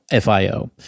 FIO